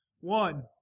One